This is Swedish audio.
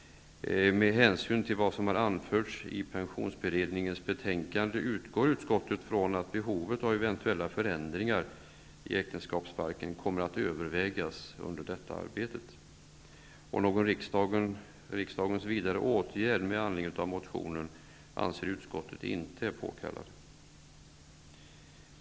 Med hänsyn till vad som anförts i pensionsberedningens betänkande utgår utskottet från att behovet av eventuella förändringar i äktenskapsbalken kommer att övervägas under detta arbete. Någon riksdagens vidare åtgärd med anledning av motionen anser utskottet inte vara påkallad.